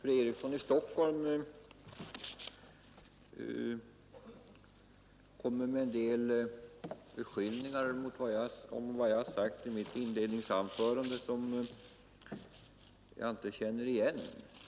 Herr talman! Fru Eriksson i Stockholm beskyller mig för att i mitt inledningsanförande ha sagt saker som jag inte känner igen.